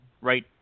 right